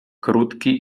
krótki